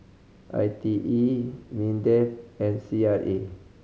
I T E MINDEF and C R A